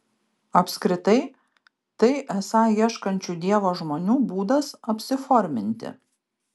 apskritai tai esą ieškančių dievo žmonių būdas apsiforminti